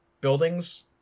buildings